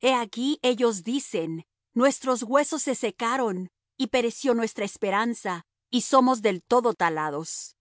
he aquí ellos dicen nuestros huesos se secaron y pereció nuestra esperanza y somos del todo talados